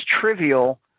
trivial